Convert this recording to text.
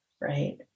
right